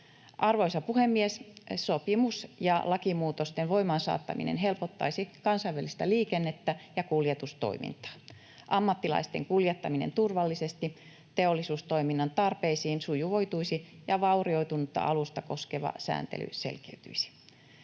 Arvoisa puhemies! Sopimus- ja lakimuutosten voimaansaattaminen helpottaisi kansainvälistä liikennettä ja kuljetustoimintaa. Ammattilaisten kuljettaminen turvallisesti teollisuustoiminnan tarpeisiin sujuvoituisi, ja vaurioitunutta alusta koskeva sääntely selkeytyisi.